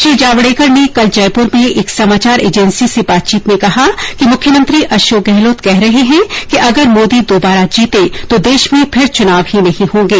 श्री जावडेकर ने कल जयपुर में एक समाचार एजेंसी से बातचीत में कहा कि मुख्यमंत्री अशोक गहलोत कह रहे है कि अगर मोदी दोबारा जीते तो देश में फिर चुनाव ही नहीं होंगे